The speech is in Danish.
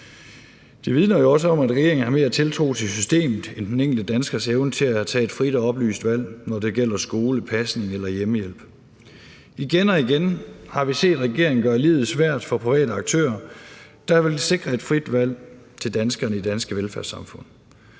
Det vidner også om, at regeringen har mere tiltro til systemet end til den enkelte danskers evne til at tage et frit og oplyst valg, når det gælder skole, pasning eller hjemmehjælp. Igen og igen har vi set regeringen gøre livet svært for private aktører, der vil sikre et frit valg til danskerne i det danske velfærdssamfund,